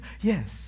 Yes